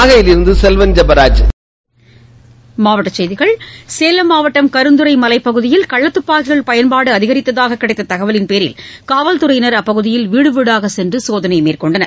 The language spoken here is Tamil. நாகையில் இருந்து செல்வன் ஜெராஜ் மாவட்ட செய்திகள் சேலம் மாவட்டம் கருந்துறை மலைப் பகுதியில் கள்ளத்துப்பாக்கிகள் பயன்பாடு அதிகரித்ததாக கிடைத்த தகவலின் பேரில் காவல் துறையினர் அப்பகுதியில் வீடுவீடாக சென்று சோதனை மேற்கொண்டனர்